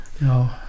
No